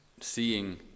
seeing